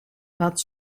wat